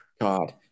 god